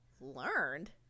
Learned